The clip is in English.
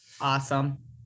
Awesome